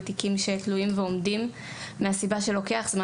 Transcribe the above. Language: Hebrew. על תיקים שתלויים ועומדים מהסיבה שלוקח זמן,